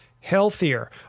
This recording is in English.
healthier